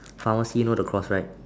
pharmacy you know the cross right